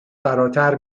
فراتر